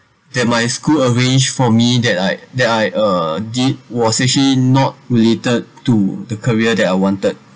that my school arrange for me that I that I uh did was actually not related to the career that I wanted